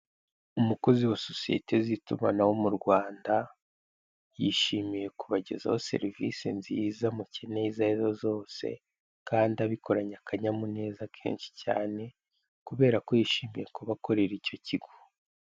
Umukozi wa sosiyete z'itumanaho mu Rwanda, yishimiye kubagezaho serivise nziza mukeneye izo ari zo zose, kandu abikoranye akanyamuneza kenshi cyane, kubera ko yishimiye kuba akorera icyo kigo.